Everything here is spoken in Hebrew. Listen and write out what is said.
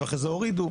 ואחרי זה הורידו.